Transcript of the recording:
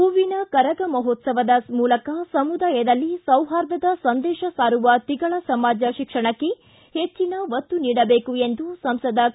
ಹೂವಿನ ಕರಗಮಹೋತ್ಸವದ ಮೂಲಕ ಸಮುದಾಯದಲ್ಲಿ ಸೌಪಾರ್ದತೆಯ ಸಂದೇಶ ಸಾರುವ ತಿಗಳ ಸಮಾಜ ಶಿಕ್ಷಣಕ್ಕೆ ಹೆಚ್ಚಿನ ಒತ್ತು ನೀಡಬೇಕು ಎಂದು ಸಂಸದ ಕೆ